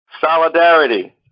solidarity